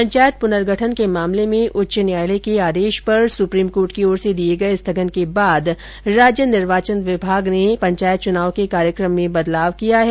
पंचायत पुनर्गठन के मामले में उच्च न्यायालय के आदेश पर सुप्रीम कोर्ट की ओर से दिये गये स्थगन के बाद राज्य निर्वाचन आयोग ने पंचायत चुनाव के कार्यक्रम में बदलाव किया है